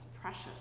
precious